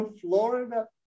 Florida